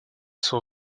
source